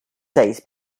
days